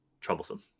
troublesome